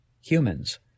humans